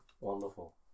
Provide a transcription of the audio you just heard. wonderful